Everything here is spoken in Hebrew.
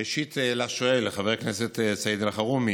ראשית לשואל, לחבר הכנסת סעיד אלחרומי.